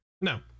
No